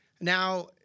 now